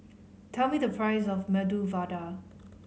tell me the price of Medu Vada